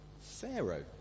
Pharaoh